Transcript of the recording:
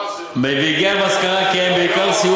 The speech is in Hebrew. אלו והגיעה למסקנה שהן בעיקר סייעו